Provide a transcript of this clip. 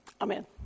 Amen